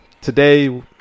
Today